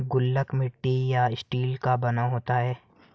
गुल्लक मिट्टी या स्टील का बना होता है